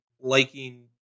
liking